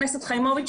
חברת הכנסת חיימוביץ',